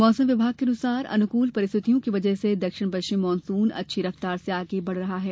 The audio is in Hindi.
मौसम विभाग के मुताबिक अनुकूल परिस्थितियों की वजह से दक्षिण पश्चिम मानसून अच्छी रफ्तार से आगे बढ़ रहा है